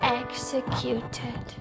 executed